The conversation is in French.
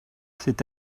c’est